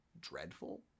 dreadful